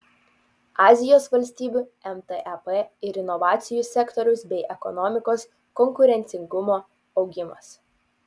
azijos valstybių mtep ir inovacijų sektoriaus bei ekonomikos konkurencingumo augimas